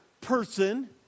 person